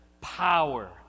power